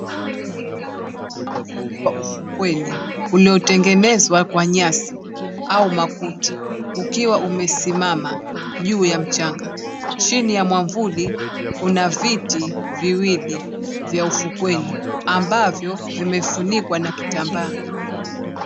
Mwavuli wa ufukweni iliyotengenezwa kwa nyasi au makuti ukiwa umesimama juu ya mchanga, chini ya mwavuli kuna viti viwili vya ufukweni ambavyo vimefinikwa na kitambaa.